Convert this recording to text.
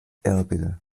erbil